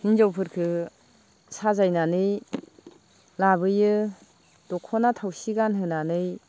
हिनाजवफोरखौ साजायनानै लाबोयो दखना थावसि गानहोनानै